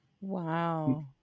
Wow